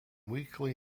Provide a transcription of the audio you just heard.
weekly